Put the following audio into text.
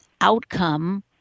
outcome